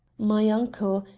my uncle,